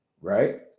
right